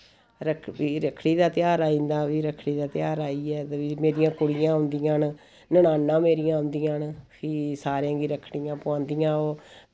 रक्खड़ी दा त्यहार आई जंदा फ्ही रक्खड़ी दा त्यहार आई गेआ ते मेरियां कुड़ियां औंदियां न ननानां मेरियां औदियां न फ्ही सारें गी रक्खड़ियां पोआंदियां ओह्